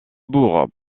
bourg